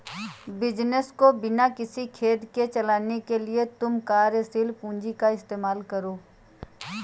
business को बिना किसी खेद के चलाने के लिए तुम कार्यशील पूंजी का इस्तेमाल करो